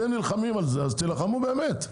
אתם נלחמים על זה, אז תילחמו באמת.